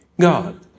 God